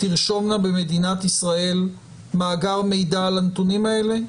תרשומנה במדינת ישראל מאגר מידע על הנתונים האלה?